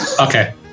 Okay